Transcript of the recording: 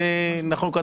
ברשותך,